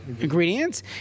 ingredients